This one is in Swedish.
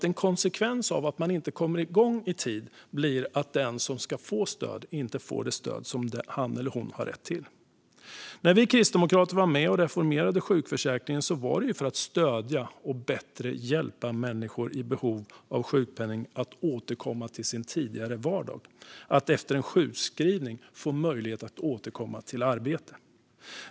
En konsekvens av att man inte kommer igång i tid blir att den som ska få stöd inte får det stöd som han eller hon har rätt till. När vi kristdemokrater var med och reformerade sjukförsäkringen var det för att stödja och bättre hjälpa personer i behov av sjukpenning att återkomma till sin tidigare vardag. Efter en sjukskrivning skulle de få möjlighet att återkomma till arbete.